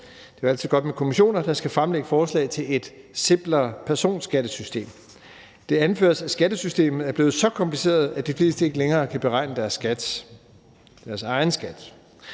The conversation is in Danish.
er jo altid godt med kommissioner – der skal fremlægge forslag til et simplere personskattesystem. Det anføres, at skattesystemet er blevet så kompliceret, at de fleste ikke længere kan beregne deres egen skat.